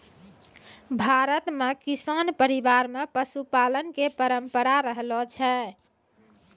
भारत मॅ किसान परिवार मॅ पशुपालन के परंपरा रहलो छै